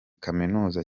kaminuza